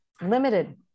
limited